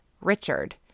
Richard